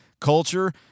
culture